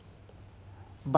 but